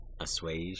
Assuage